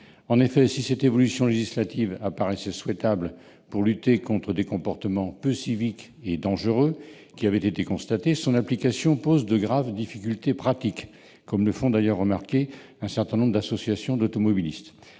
2017. Si cette évolution législative apparaissait souhaitable pour lutter contre des comportements peu civiques et dangereux qui avaient été constatés, son application pose en revanche de grandes difficultés pratiques, comme le font remarquer certaines associations d'automobilistes.